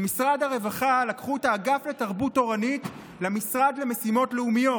ממשרד הרווחה לקחו את האגף לתרבות תורנית למשרד למשימות לאומיות.